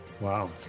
Wow